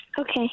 Okay